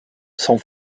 sont